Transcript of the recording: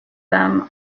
them